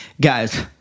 guys